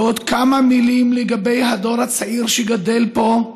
ועוד כמה מילים לגבי הדור הצעיר שגדל פה.